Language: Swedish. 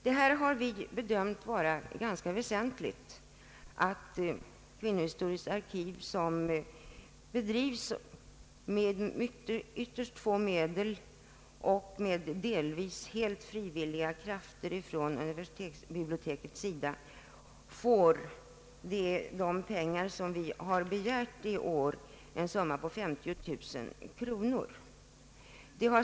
Vi har ansett det vara mycket väsentligt att Kvinnohistoriskt arkiv, som drivs med ytterst ringa medel och med delvis helt frivilliga krafter från universitetsbibliotekets sida, får det anslag som vi har begärt, en summa på 50 000 kronor.